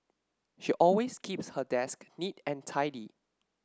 she always keeps her desk neat and tidy